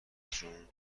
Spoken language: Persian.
جون